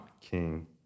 King